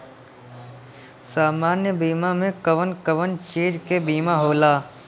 सामान्य बीमा में कवन कवन चीज के बीमा होला?